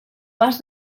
pas